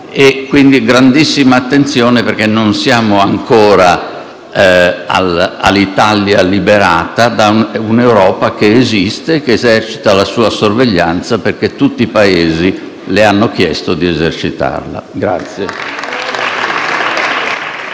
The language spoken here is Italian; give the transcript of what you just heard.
Quindi, grandissima attenzione, perché non siamo ancora ad una Italia liberata da un'Europa che esiste e che esercita la sua sorveglianza perché tutti i Paesi le hanno chiesto di esercitarla.